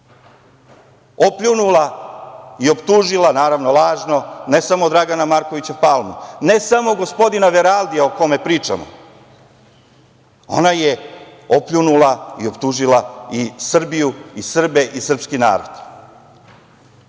opljunula i optužila, naravno lažno, ne samo Dragana Markovića Palmu, ne samo gospodina Veraldija, o kome pričamo, ona je opljunula i optužila i Srbiju i Srbe i srpski narod,